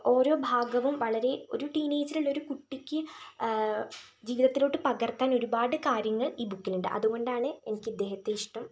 ഓരോ ഭാഗവും വളരെ ഒരു ടീനേജിലുള്ളൊരു കുട്ടിക്ക് ജീവിതത്തിലോട്ട് പകർത്താൻ ഒരുപാട് കാര്യങ്ങൾ ഈ ബുക്കിലുണ്ട് അതുകൊണ്ടാണ് എനിക്ക് ഇദ്ദേഹത്തെ ഇഷ്ടം